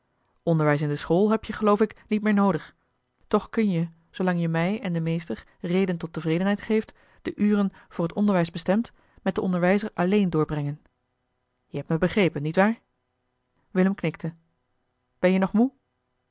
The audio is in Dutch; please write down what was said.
onderwijs in de school heb je geloof ik niet meer noodig toch kun je zoolang je mij en den meester reden tot tevredenheid geeft de uren voor het onderwijs bestemd met den onderwijzer alleen doorbrengen je hebt me begrepen niet waar willem knikte ben je nog moe